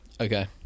Okay